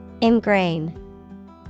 Ingrain